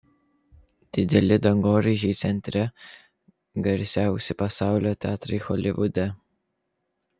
dideli dangoraižiai centre garsiausi pasaulio teatrai holivude